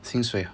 薪水